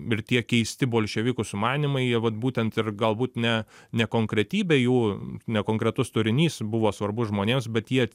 ir tie keisti bolševikų sumanymai jie vat būtent ir galbūt ne nekonkretybė jų nekonkretus turinys buvo svarbus žmonėms bet jie